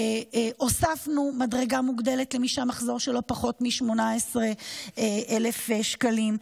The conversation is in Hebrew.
הוספנו מדרגה מוגדלת למי שהמחזור שלו פחות מ-18,000 שקלים.